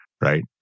right